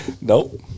Nope